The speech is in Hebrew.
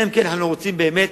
אלא אם כן אנחנו רוצים באמת